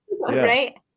Right